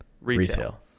Retail